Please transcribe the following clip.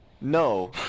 No